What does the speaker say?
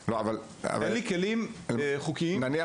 אז אין לי כלים חוקיים --- אבל נניח